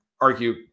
argue